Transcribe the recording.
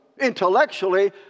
intellectually